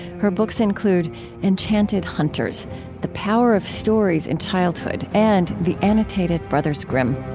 her books include enchanted hunters the power of stories in childhood and the annotated brothers grimm